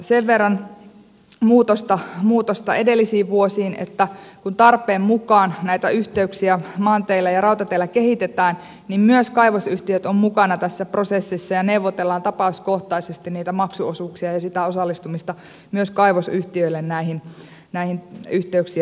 sen verran on muutosta edellisiin vuosiin että kun tarpeen mukaan näitä yhteyksiä maanteillä ja rautateillä kehitetään niin myös kaivosyhtiöt ovat mukana tässä prosessissa ja neuvotellaan tapauskohtaisesti niitä maksuosuuksia ja sitä osallistumista myös kaivosyhtiöille näiden yhteyksien rakentamiseen